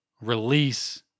release